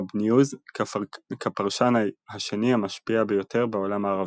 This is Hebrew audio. News כפרשן השני המשפיע ביותר בעולם הערבי.